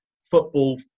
football